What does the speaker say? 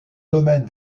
domaine